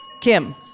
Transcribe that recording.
Kim